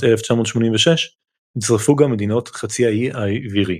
1986 הצטרפו גם מדינות חצי האי האיברי.